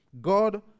God